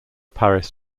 paris